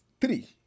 three